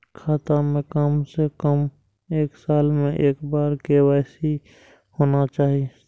खाता में काम से कम एक साल में एक बार के.वाई.सी होना चाहि?